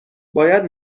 باید